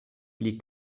pli